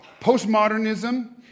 Postmodernism